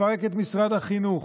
לפרק את משרד החינוך,